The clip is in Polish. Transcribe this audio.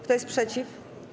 Kto jest przeciw?